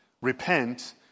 repent